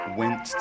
went